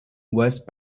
west